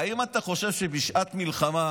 והאם אתה חושב שבשעת מלחמה